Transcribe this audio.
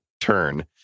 turn